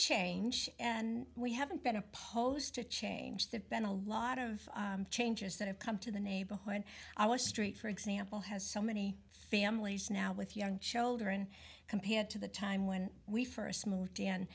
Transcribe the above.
change and we haven't been opposed to change that been a lot of changes that have come to the neighborhood i was street for example has so many families now with young children compared to the time when we first moved in